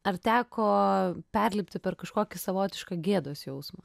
ar teko perlipti per kažkokį savotišką gėdos jausmą